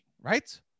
right